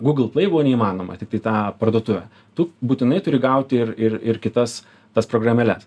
gūgl plai buvo neįmanoma tiktai tą parduotuvę tu būtinai turi gauti ir ir ir kitas tas programėles